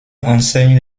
enseigne